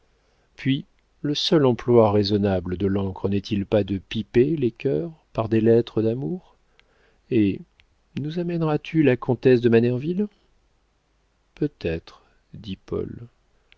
puis le seul emploi raisonnable de l'encre n'est-il pas de piper les cœurs par des lettres d'amour eh nous amèneras tu la comtesse de manerville peut-être dit paul